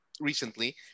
recently